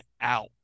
out